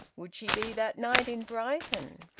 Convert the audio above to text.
would she be that night in brighton?